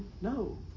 No